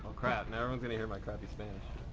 crap. now everyone's gonna hear my crappy spanish